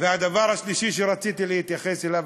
והדבר השלישי שרציתי להתייחס אליו,